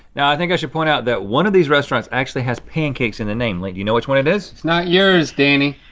now i think i should point out that one of these restaurants actually has pancakes in the name, link, you know which one it is? it's not yours, denny.